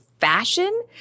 fashion—